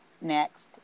next